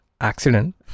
accident